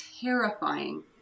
terrifying